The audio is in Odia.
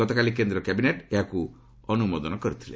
ଗତକାଲି କେନ୍ଦ୍ର କ୍ୟାବିନେଟ୍ ଏହାକୁ ଅନୁମୋଦନ କରିଥିଲା